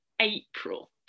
April